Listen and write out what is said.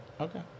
Okay